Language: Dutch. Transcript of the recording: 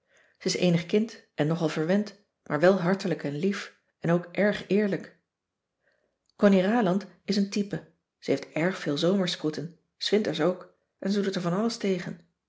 ze is eenig kind en nogal verwend maar wel hartelijk en lief en ook erg eerlijk connie raland is een type ze heeft erg veel zomersproeten s'winterslook en ze doet er van alles tegen